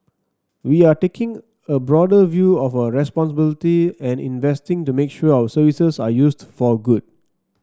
we are taking a broader view of our responsibility and investing to make sure our services are used for good